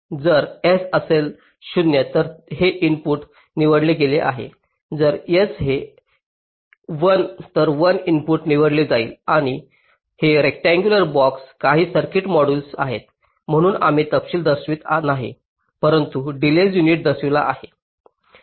जर s असेल 0 तर हे 0 इनपुट निवडले गेले आहे जर s असेल 1 तर 1 इनपुट निवडले जाईल आणि हे रेक्टअंगुलर बॉक्स काही सर्किट मॉड्यूल आहेत म्हणून आम्ही तपशील दर्शवित नाही परंतु डिलेज युनिट दर्शविला आहे